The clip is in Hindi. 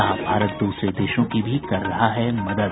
कहा भारत दूसरे देशों की भी कर रहा है मदद